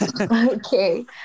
Okay